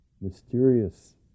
mysterious